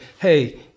hey